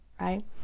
right